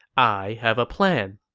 i have a plan.